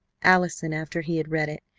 allison, after he had read it,